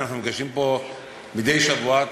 אנחנו נפגשים פה מדי שבוע,